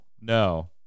no